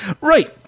Right